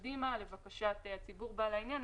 שזה לבקשת הציבור בעלי העניין.